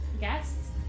guests